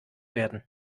werden